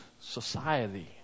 society